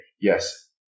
yes